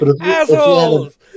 assholes